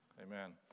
Amen